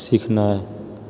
सीखनाइ